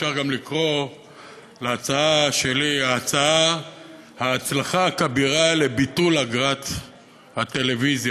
אפשר גם לקרוא להצעה שלי ההצלחה הכבירה לביטול אגרת הטלוויזיה,